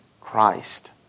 Christ